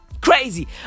Crazy